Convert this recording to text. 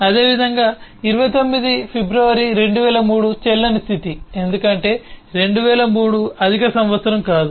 అదేవిధంగా 29 ఫిబ్రవరి 2003 చెల్లని స్థితి ఎందుకంటే 2003 అధిక సంవత్సరం కాదు